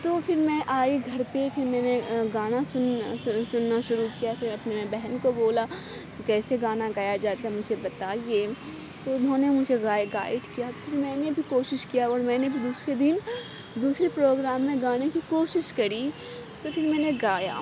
تو پھر میں آئی گھر پہ پھر میں نے گانا سن سُننا شروع کیا پھر اپنے بہن کو بولا کہ کیسے گانا گایا جاتا ہے مجھے بتائیے تو اُنہوں نے مجھے گاٮٔے گائڈ کیا کہ میں نے بھی کوشش کیا اور میں نے بھی دوسرے دِن دوسرے پروگرام میں گانے کی کوشش کری تو پھر میں نے گایا